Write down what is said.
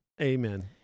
Amen